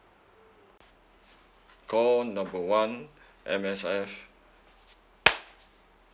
call number one M_S_F